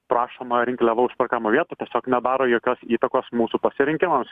prašoma rinkliavų už parkavimo vietų tiesiog nedaro jokios įtakos mūsų pasirinkimams